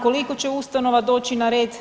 Koliko će ustanova doći na red?